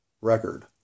record